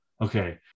okay